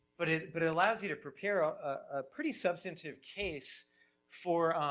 but it, but it allows you to prepare ah a pretty substantive case for